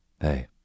Hey